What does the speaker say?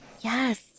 Yes